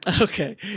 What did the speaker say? Okay